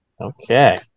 Okay